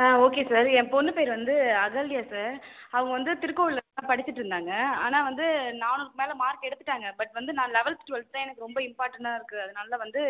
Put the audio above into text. ஆ okay sir என் பொண்ணு பேர் வந்து அகல்யா சார் அவங்க வந்து திருக்கோவிலில் தான் படிச்சுட்ருந்தாங்க ஆனால் வந்து நானூருக்கு மேலே மார்க் எடுத்துவிட்டாங்க பட் வந்து நான் லவெல்த் ட்வெல்த் தான் எனக்கு ரொம்ப இம்பார்ட்டன்னாக இருக்குது அதனால் வந்து